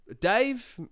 Dave